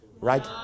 Right